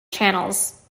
channels